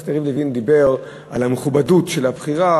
חבר הכנסת יריב לוין דיבר על המכובדות של הבחירה,